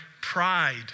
pride